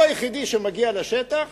הוא היחידי שמגיע לשטח,